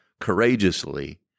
courageously